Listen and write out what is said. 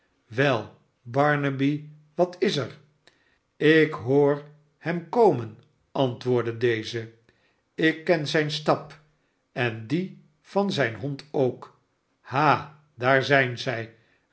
wel barnaby wat is er ik hoor hem komen antwoordde deze bi ken zijn stap en dien van zijn hond ook ha daar zijn zij